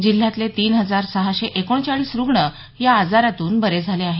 जिल्ह्यातले तीन हजार सहाशे एकोणचाळीस रुग्ण या आजारातून बरे झाले आहेत